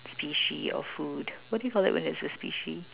species of food what do you call it when it's a species